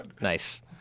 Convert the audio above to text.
nice